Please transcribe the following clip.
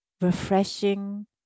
Refreshing